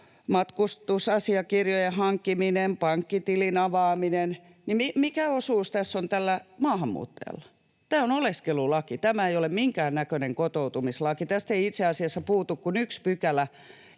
matkustusasiakirjojen hankkiminen, pankkitilin avaaminen. Mikä osuus tässä on tällä maahanmuuttajalla? Tämä on oleskelulaki, tämä ei ole minkäännäköinen kotoutumislaki. Tästä ei itse asiassa puutu kuin yksi pykälä,